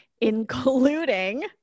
including